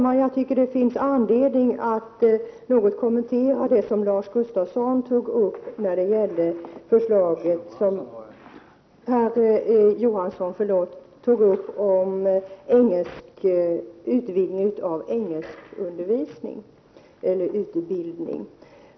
Herr talman! Det finns anledning att något kommentera det som Larz Johansson tog upp när det gäller förslaget om utvidgning av lärarutbildningeni engelska.